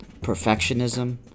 Perfectionism